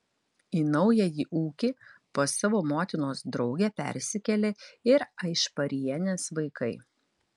į naująjį ūkį pas savo motinos draugę persikėlė ir aišparienės vaikai